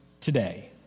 today